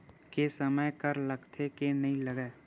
के समय कर लगथे के नइ लगय?